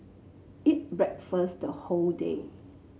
eat breakfast the whole day